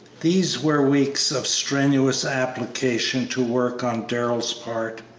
these were weeks of strenuous application to work on darrell's part.